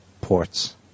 ports